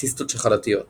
- ציסטות שחלתיות